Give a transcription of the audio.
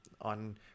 on